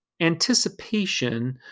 anticipation